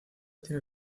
tiene